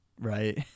Right